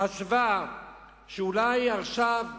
חשבה שאולי עכשיו,